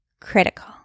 critical